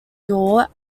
door